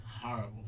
Horrible